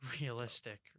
realistic